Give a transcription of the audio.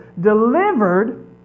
delivered